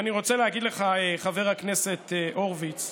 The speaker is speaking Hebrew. אני רוצה להגיד לך, חבר הכנסת הורוביץ,